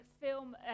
film